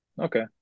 Okay